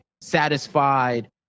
satisfied